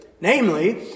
Namely